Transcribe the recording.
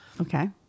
okay